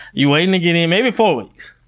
you're waiting to get in, maybe four weeks.